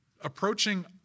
approaching